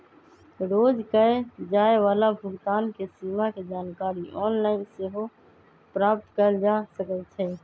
रोज कये जाय वला भुगतान के सीमा के जानकारी ऑनलाइन सेहो प्राप्त कएल जा सकइ छै